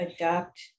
adopt